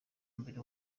mbere